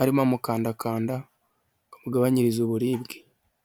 arimo amukandakanda amugabanyirize uburibwe.